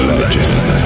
Legend